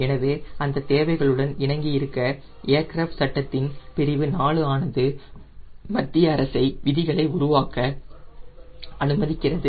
எனவே அந்த தேவைகளுடன் இணைங்கி இருக்க ஏர்கிராப்ட் சட்டத்தின் பிரிவு 4 ஆனது மத்திய அரசை விதிகளை உருவாக்க அனுமதிக்கிறது